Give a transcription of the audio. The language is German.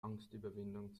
angstüberwindung